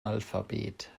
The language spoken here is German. alphabet